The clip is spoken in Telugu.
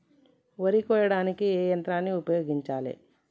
వరి కొయ్యడానికి ఏ యంత్రాన్ని ఉపయోగించాలే?